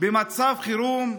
במצב חירום?